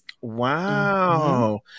Wow